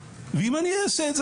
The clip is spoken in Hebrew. אם אני אעשה את זה,